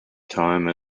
time